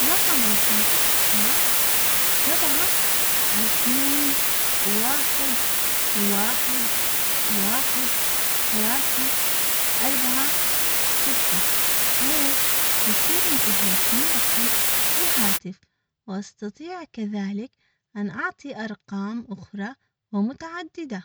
رقم الهاتف هو سبعة اثنين واحد واحد ثلاثة اربعة ستة هيك يصير انتهيت من رقم الهاتف واستطيع كذلك ان اعطي ارقام اخرى ومتعددة.